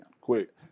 Quick